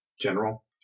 General